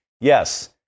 Yes